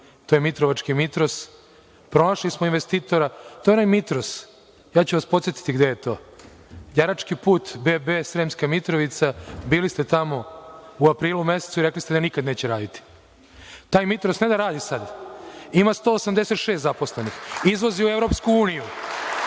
to je Mitrovački „Mitros“. Pronašli smo investitora. To je onaj „Mitros“, ja ću vas podsetiti gde je to, Jarački put b.b, Sremska Mitrovica. Bili ste tamo u aprilu mesecu i rekli ste da nikada neće raditi. Taj „Mitros“ ne da radi sada, ima 186 zaposlenih, izvozi u EU finalne